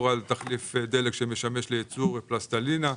על תחליף דלק שמשמש לייצור פלסטלינה,